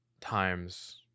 times